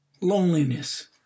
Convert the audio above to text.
Loneliness